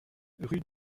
rue